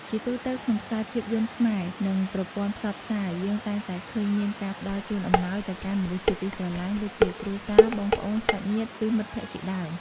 ជាទូទៅ ក្នុងខ្សែភាពយន្តខ្មែរ និង ប្រព័ន្ធផ្សព្វផ្សាយ យើងតែងតែឃើញមានការផ្ដល់ជូនអំណោយទៅកាន់មនុស្សជាទីស្រឡាញ់ ដូចជា គ្រួសារ បងប្អូន សាច់ញាតិ ឬ មិត្តភក្តិជាដើម។